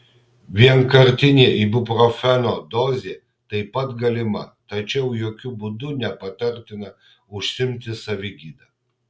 vienkartinė ibuprofeno dozė taip pat galima tačiau jokiu būdu nepatartina užsiimti savigyda